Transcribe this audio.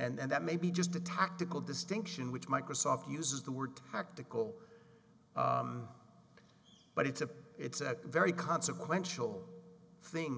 and that may be just a tactical distinction which microsoft uses the word practical but it's a it's a very consequential thing